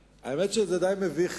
האמת היא שזה די מביך,